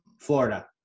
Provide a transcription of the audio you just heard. Florida